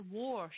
war